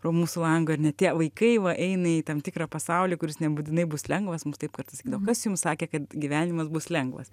po mūsų langą ir ne tie vaikai va eina į tam tikrą pasaulį kuris nebūtinai bus lengvas mums taip kartais sakydavo kas jums sakė kad gyvenimas bus lengvas